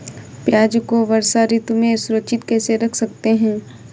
प्याज़ को वर्षा ऋतु में सुरक्षित कैसे रख सकते हैं?